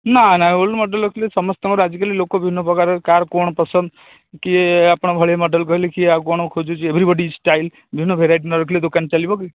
ନା ନ old model ରଖିଲେ ସମସ୍ତଙ୍କର ଲୋକ ବିଭିନ୍ନ ପ୍ରକାର କାହାର କ'ଣ ପସନ୍ଦ କିଏ ଆପଣଙ୍କ ଭଳି ମଡ଼େଲ କହିଲେ କିଏ ଆଉ କ'ଣ ଖୋଜୁଛି ଏଭ୍ରୀବଡ଼ି ଷ୍ଟାଇଲ ବିଭିନ୍ନ ପ୍ରକାର ନ ରଖିଲେ ଦୋକାନ ଚାଲିବ କି